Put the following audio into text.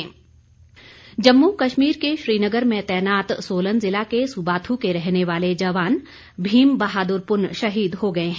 शहीद जम्मू कश्मीर के श्रीनगर में तैनाम सोलन जिला के सुबाथू के रहने वाले जवान भीम बहादुर शहीद हो गए हैं